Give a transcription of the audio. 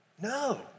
No